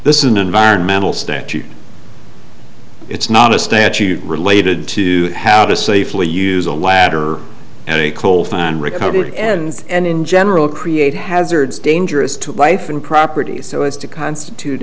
this is an environmental statute it's not a statute related to how to safely use a ladder and a coal fan recoded ends and in general create hazards dangerous to life and property so as to constitute